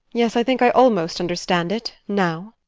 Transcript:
yes i think i almost understand it now.